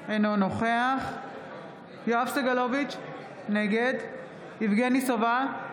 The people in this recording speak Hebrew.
אינו נוכח יואב סגלוביץ' נגד יבגני סובה,